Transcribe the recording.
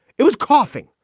it was coughing.